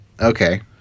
Okay